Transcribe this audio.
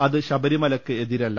അത് ശബരിമലയ്ക്ക് എതിരല്ല